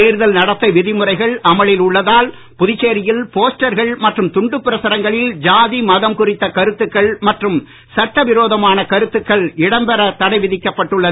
தேர்தல் நடத்தை விதிமுறைகள் அமலில் உள்ளதால் புதுச்சேரியில் போஸ்டர்கள் மற்றும் துண்டு பிரசுரங்களில் ஜாதி மதம் குறித்த கருத்துக்கள் மற்றும் சட்ட விரோதமான கருத்துக்கள் இடம்பெற தடைவிதிக்கப்பட்டுள்ளது